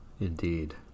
Indeed